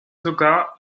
sogar